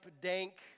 dank